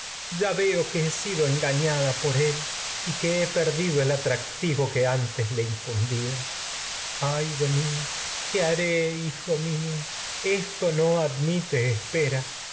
tan ha que he sido engaña que antes no da por él y que he perdido el atractivo le in fundía ay de mí qué haré hijo mío esto yo admite las espera